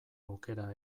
aukera